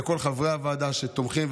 לכל חברי הוועדה שתומכים,